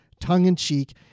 tongue-in-cheek